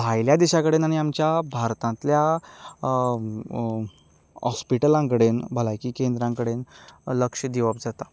भायल्या देशां कडेन आनी आमच्या भारतांतल्या हॉस्पिटलां कडेन भलायकी केंद्रां कडेन लक्ष दिवप जाता